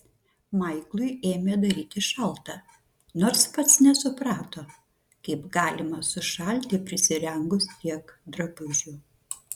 maiklui ėmė darytis šalta nors pats nesuprato kaip galima sušalti prisirengus tiek drabužių